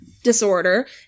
disorder